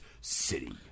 city